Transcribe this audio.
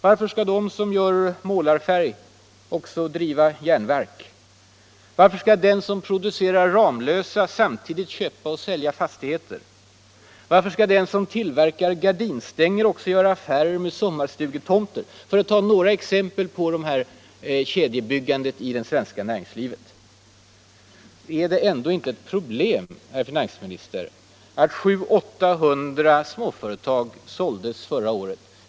Varför skall den som tillverkar målarfärg också driva järnverk? Varför skall den som producerar Ramlösa samtidigt köpa och sälja fastigheter? Varför skall den som tillverkar gardinstänger också göra affärer med sommarstugetomter? Det är några exempel på kedjebyggande i det svenska näringslivet. Är det ändå inte ett problem, herr Sträng, att 700-800 småföretag såldes förra året?